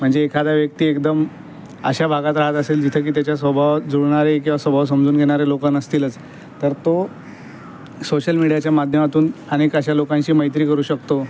म्हणजे एखादा व्यक्ती एकदम अशा भागात रहात असेल जिथं की त्याच्या स्वभाव जुळणारे किवा स्वभाव समजून घेणारे लोकं नसतीलच तर तो सोशल मिडीयाच्या माध्यमातून अनेक अशा लोकांशी मैत्री करू शकतो